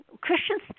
Christians